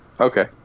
Okay